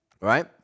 Right